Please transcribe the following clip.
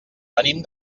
venim